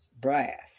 brass